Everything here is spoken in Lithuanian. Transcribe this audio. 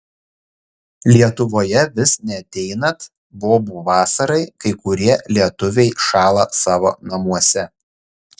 lietuvoje vis neateinat bobų vasarai kai kurie lietuviai šąla savo namuose